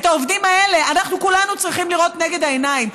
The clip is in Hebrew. את העובדים האלה אנחנו כולנו צריכים לראות לנגד העיניים.